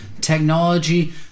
technology